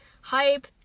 Hype